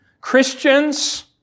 Christians